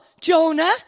Jonah